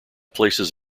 places